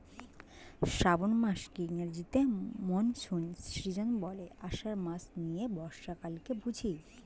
শ্রাবন মাসকে ইংরেজিতে monsoon season বলে, আষাঢ় মাস নিয়ে বর্ষাকালকে বুঝি